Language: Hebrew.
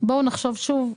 בואו נחשוב שוב,